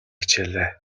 хичээлээ